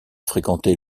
fréquenté